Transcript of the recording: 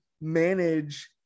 manage